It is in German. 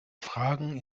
fragen